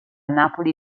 napoli